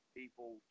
people